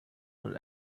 und